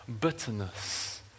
bitterness